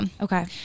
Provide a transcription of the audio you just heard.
Okay